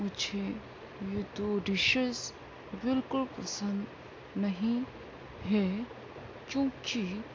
مجھے یہ دو ڈشیز بالکل پسند نہیں ہے کیوں کہ